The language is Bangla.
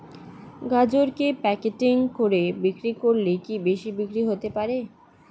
গাজরকে প্যাকেটিং করে বিক্রি করলে কি বেশি বিক্রি হতে পারে?